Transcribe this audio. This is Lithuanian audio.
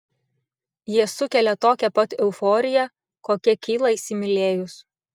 jie sukelia tokią pat euforiją kokia kyla įsimylėjus